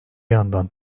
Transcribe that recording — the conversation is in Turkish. yandan